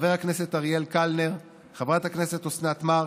חבר הכנסת אריאל קלנר, חברת הכנסת אוסנת מארק,